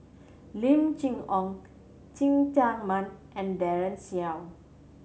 Lim Chee Onn Cheng Tsang Man and Daren Shiau